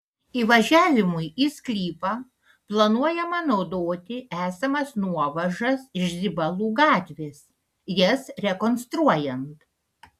įvažiavimui į sklypą planuojama naudoti esamas nuovažas iš zibalų gatvės jas rekonstruojant